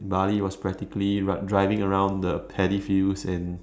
Bali was practically driving around the paddy fields and